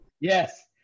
Yes